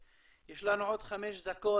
יש לנו עוד חמש דקות,